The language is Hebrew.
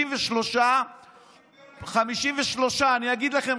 אני אגיד לכם,